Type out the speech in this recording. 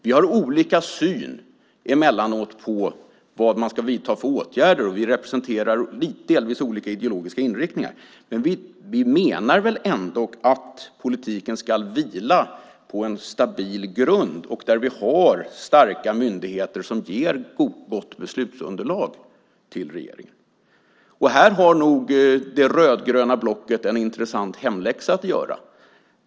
Vi har emellanåt olika syn på vad man ska vidta för åtgärder, och vi representerar delvis olika ideologiska inriktningar. Men vi menar väl ändock att politiken ska vila på en stabil grund med starka myndigheter som ger gott beslutsunderlag till regeringen. Här har nog det rödgröna blocket en intressant hemläxa att göra.